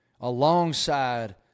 alongside